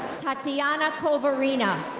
tatiana koverina.